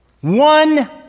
One